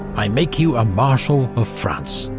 i make you a marshal of france.